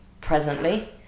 presently